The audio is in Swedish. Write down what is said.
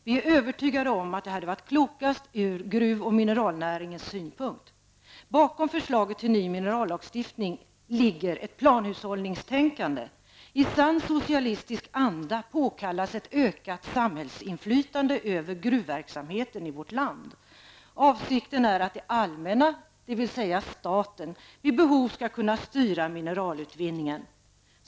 Vi är övertygade om att det hade varit klokast ur gruv och mineralnäringens synpunkt. Bakom förslaget till ny minerallagstiftning ligger ett planhushållningstänkande. I sann socialistisk anda påkallas ett ökat samhällsinflytande över gruvverksamheten i vårt land. Avsikten är att det allmänna, dvs. staten, vid behov skall kunna styra mineralutvinningen.